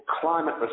climate